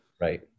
right